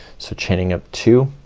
so chaining up two,